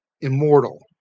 immortal